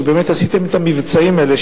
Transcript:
שבאמת עשיתם את המבצעים האלה,